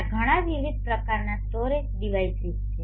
ત્યાં ઘણાં વિવિધ પ્રકારનાં સ્ટોરેજ ડિવાઇસિસ છે